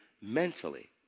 mentally